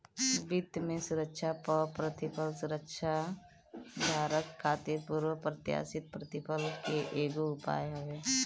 वित्त में सुरक्षा पअ प्रतिफल सुरक्षाधारक खातिर पूर्व प्रत्याशित प्रतिफल के एगो उपाय हवे